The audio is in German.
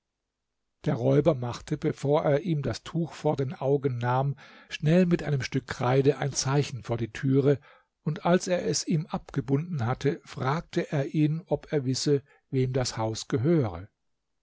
der räuber machte bevor er ihm das tuch von den augen nahm schnell mit einem stück kreide ein zeichen vor die türe und als er es ihm abgebunden hatte fragte er ihn ob er wisse wem das haus gehöre